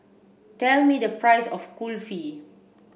tell me the price of Kulfi